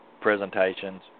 presentations